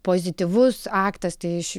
pozityvus aktas tai iš